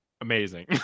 amazing